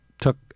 took